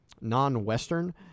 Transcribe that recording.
non-Western